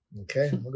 Okay